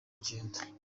kugenda